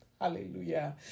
Hallelujah